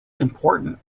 important